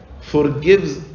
forgives